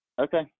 Okay